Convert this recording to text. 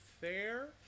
fair